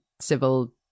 civil